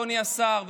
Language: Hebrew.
אדוני השר,